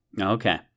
Okay